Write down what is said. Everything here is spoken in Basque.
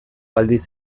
aldiz